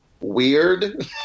weird